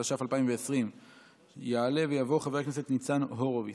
התש"ף 2020. יעלה ויבוא חבר הכנסת ניצן הורוביץ,